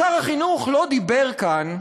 אז שר החינוך לא דיבר כאן,